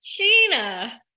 Sheena